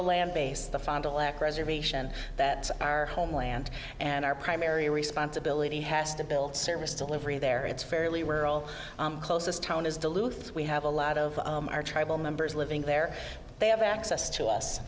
a land base the found a lack reservation that our homeland and our primary responsibility has to build service delivery there it's fairly rural closest town is duluth we have a lot of our tribal members living there they have access to us